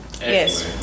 Yes